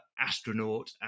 astronaut